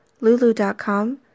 Lulu.com